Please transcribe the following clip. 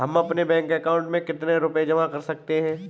हम अपने bank account में कितने रुपये जमा कर सकते हैं?